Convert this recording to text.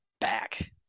back